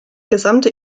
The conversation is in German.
gesamte